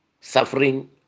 suffering